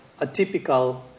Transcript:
atypical